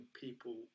people